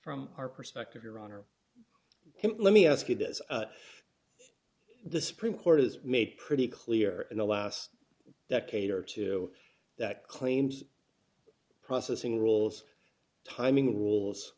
from our perspective your honor let me ask you this the supreme court has made pretty clear in the last decade or two that claims processing rules d d timing rules